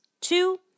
Two